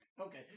okay